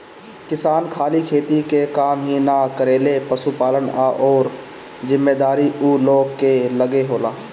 किसान खाली खेती के काम ही ना करेलें, पशुपालन आ अउरो जिम्मेदारी ऊ लोग कअ लगे होला